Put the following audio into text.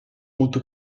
molto